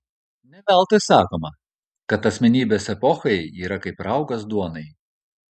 ne veltui sakoma kad asmenybės epochai yra kaip raugas duonai